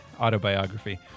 autobiography